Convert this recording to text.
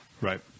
Right